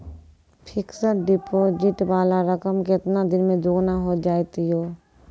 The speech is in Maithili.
फिक्स्ड डिपोजिट वाला रकम केतना दिन मे दुगूना हो जाएत यो?